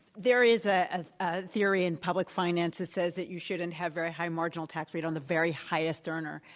there is ah ah a theory in public finance that says that you shouldn't have a very high marginal tax rate on the very highest earners.